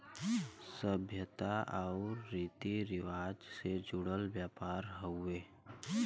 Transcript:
सभ्यता आउर रीती रिवाज से जुड़ल व्यापार हउवे